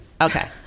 Okay